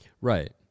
Right